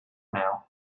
now